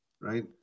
Right